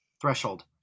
Threshold